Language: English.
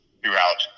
throughout